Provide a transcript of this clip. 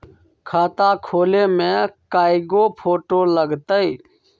खाता खोले में कइगो फ़ोटो लगतै?